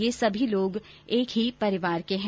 ये सभी लोग एक ही परिवार के हैं